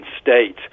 state